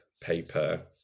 paper